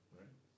right